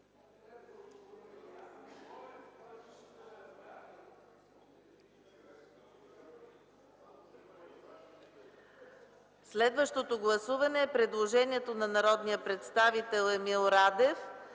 Следващото гласуване е предложението на народния представител Емил Радев